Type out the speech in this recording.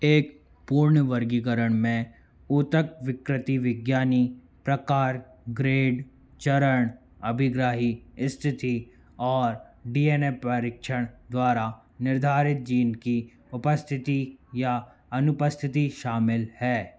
एक पूर्ण वर्गीकरण में ऊतकविकृतिविज्ञानी प्रकार ग्रेड चरण अभिग्राही स्थिति और डी एन ए परीक्षण द्वारा निर्धारित जीन की उपस्थिति या अनुपस्थिति शामिल है